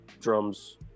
drums